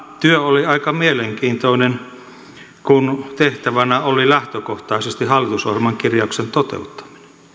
työ oli aika mielenkiintoista kun tehtävänä oli lähtökohtaisesti hallitusohjelman kirjauksen toteuttaminen